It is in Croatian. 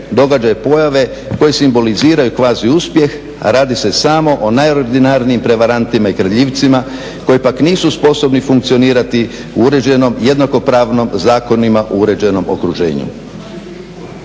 događaje, pojave koje simboliziraju kvazi uspjeh. Radi se samo o najordinarnijim prevarantima i kradljivcima koji pak nisu sposobni funkcionirati u uređenom jednako pravnom zakonima uređenom okruženju.